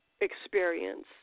experience